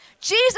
jesus